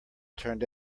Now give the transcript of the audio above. turned